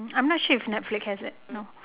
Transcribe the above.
I am not sure if netflix has it no